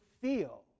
feel